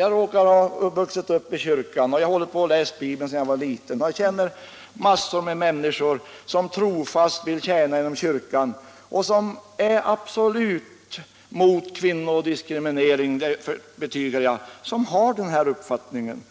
Jag råkar ha vuxit upp i kyrkan och har läst Bibeln sedan jag var liten. Jag känner en mängd människor som trofast vill tjäna Gud i kyrkan och som absolut är mot kvinnodiskriminering, det betygar jag, men som har den här uppfattningen.